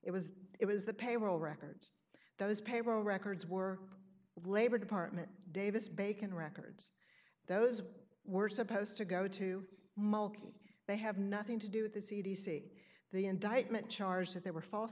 it was it was the payroll records those payroll records were labor department davis bacon records those were supposed to go to mulki they have nothing to do with the c d c the indictment charges that there were false